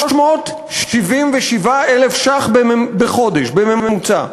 377,000 שקל בממוצע.